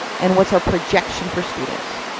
and what's our projection for students?